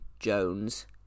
Jones